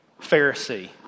Pharisee